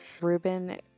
Ruben